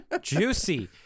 Juicy